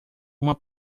uma